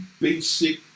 basic